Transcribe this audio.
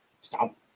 stop